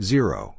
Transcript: Zero